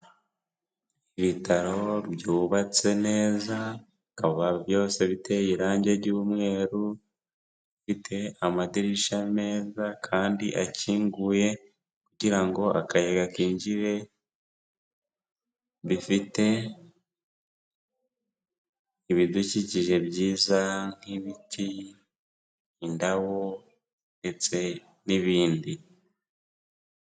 Ibitaro byubatse neza bikaba byose biteye irange ry'umweru, bifite amadirishya meza kandi akinguye kugira ngo akayaga kinjire, bifite ibidukikije byiza nk'ibiti, indabo ndetse n'ibindi.